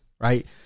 right